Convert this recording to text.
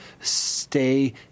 stay